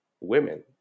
women